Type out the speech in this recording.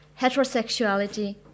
heterosexuality